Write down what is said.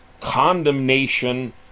condemnation